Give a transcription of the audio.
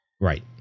right